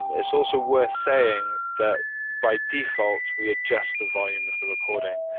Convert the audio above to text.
it's also worth saying that by default, we adjust the volume of the recording.